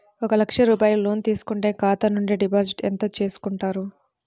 ఒక లక్ష రూపాయలు లోన్ తీసుకుంటే ఖాతా నుండి డిపాజిట్ ఎంత చేసుకుంటారు?